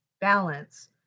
balance